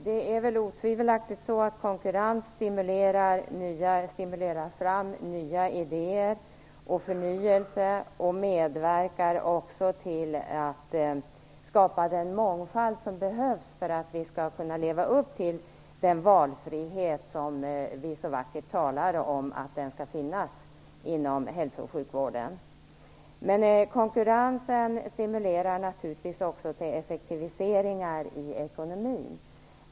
Det är väl otvivelaktigt på det sättet att konkurrens stimulerar fram nya idéer och förnyelse. Den medverkar också till att skapa den mångfald som behövs för att vi skall kunna leva upp till den valfrihet som vi så vackert talar om skall finnas i inom hälso och sjukvården. Men konkurrensen stimulerar naturligtvis också till effektiviseringar i ekonomin.